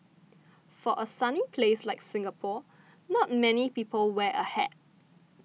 for a sunny place like Singapore not many people wear a hat